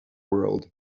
world